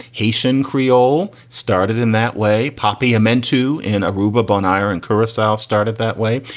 haitian creole started in that way. poppy amend to in aruba, bon iver and carrousel started that way,